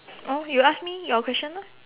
oh you ask me your question orh